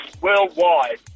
worldwide